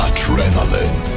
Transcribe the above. Adrenaline